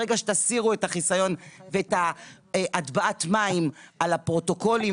ברגע שתסירו את החיסיון ואת הטבעת המים על הפרוטוקולים